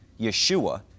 Yeshua